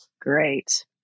Great